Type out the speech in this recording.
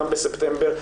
גם בספטמבר,